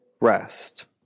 rest